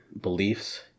beliefs